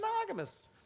monogamous